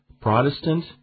Protestant